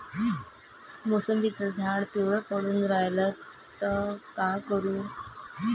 मोसंबीचं झाड पिवळं पडून रायलं त का करू?